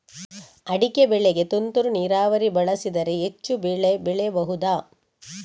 ಅಡಿಕೆ ಬೆಳೆಗೆ ತುಂತುರು ನೀರಾವರಿ ಬಳಸಿದರೆ ಹೆಚ್ಚು ಬೆಳೆ ಬೆಳೆಯಬಹುದಾ?